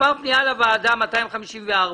פנייה מספר 254,